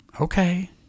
okay